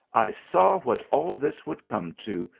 i saw what all this would come to,